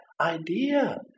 idea